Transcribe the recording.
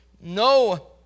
no